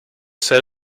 set